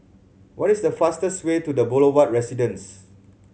what is the fastest way to The Boulevard Residence